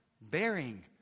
bearing